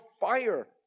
fire